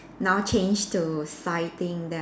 now change to fighting them